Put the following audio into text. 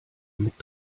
mit